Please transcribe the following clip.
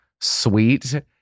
sweet